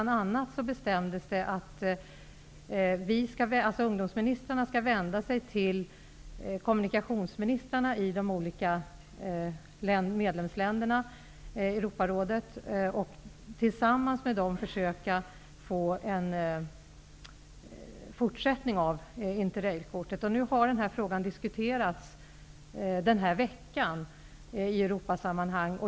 Det bestämdes bl.a. att ungdomsministrarna skall vända sig till kommunikationsministrarna i Europarådets olika medlemsländer. Tillsammans med dessa skall ungdomsministrarna försöka att få en fortsättning av Interrailkortet. Den här frågan har denna vecka diskuterats i Europasammanhang.